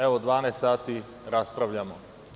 Evo 12 sati raspravljamo.